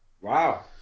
Wow